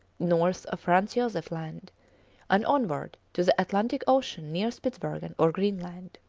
north of franz josef land and onward to the atlantic ocean near spitzbergen or greenland.